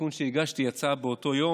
התיקון שהגשתי יצא באותו יום,